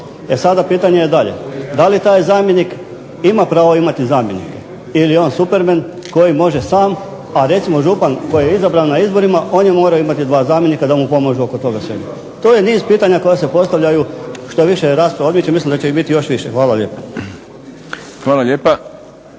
E sada pitanje je dalj, da li taj zamjenik ima pravo imati zamjenika ili je on Supermen koji može sam, a recimo župan koji je izabran na izborima on je morao imati dva zamjenika da mu pomažu oko toga svega. To je niz pitanja koja se postavljaju, što više raspravo odmiče mislim da će ih biti još više. Hvala lijepa. **Šprem,